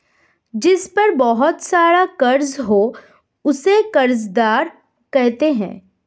जिस पर बहुत सारा कर्ज हो उसे कर्जदार कहते हैं